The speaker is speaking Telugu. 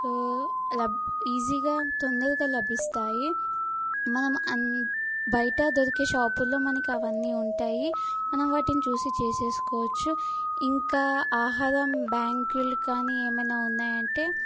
లబ్ ఈజీగా తొందరగా లభిస్తాయి మనం అన్ బయట దొరికే షాపులలో మనకి అవన్నీ ఉంటాయి మనం వాటిని చూసి చేసుకోవచ్చు ఇంకా ఆహారం బ్లాగ్లు కానీ ఏమైనా ఉన్నాయంటే